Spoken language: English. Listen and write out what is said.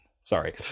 sorry